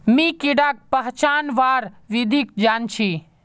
मी कीडाक पहचानवार विधिक जन छी